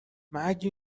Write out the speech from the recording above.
مگه